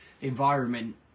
environment